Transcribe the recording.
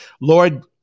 lord